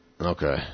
Okay